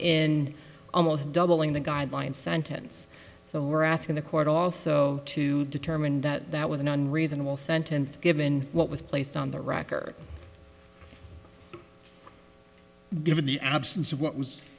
in almost doubling the guidelines sentence so we're asking the court also to determine that that was an unreasonable sentence given what was placed on the record given the absence of what was